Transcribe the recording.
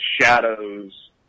shadows